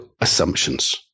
assumptions